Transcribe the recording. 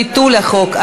ביטול החוק),